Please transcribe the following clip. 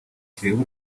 kireba